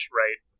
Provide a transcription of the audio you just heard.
right